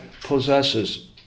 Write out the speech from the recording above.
possesses